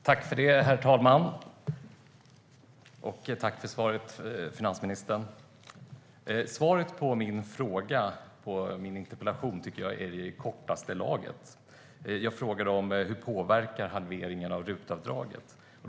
Herr talman! Tack för svaret, finansministern! Jag tycker att svaret på min interpellation är i kortaste laget. Jag frågade om vad halveringen av RUT-avdraget har för påverkan.